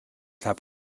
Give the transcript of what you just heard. läheb